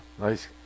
nice